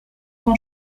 ton